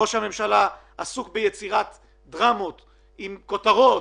ראש הממשלה עסוק ביצירת דרמות עם כותרות